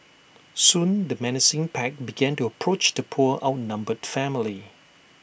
soon the menacing pack began to approach the poor outnumbered family